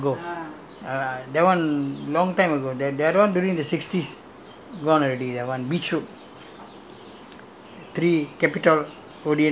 there are only two theatres the other side is alhambra that long time ago that [one] long time ago the other [one] during the sixties gone already that [one] beach road